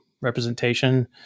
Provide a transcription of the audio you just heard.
representation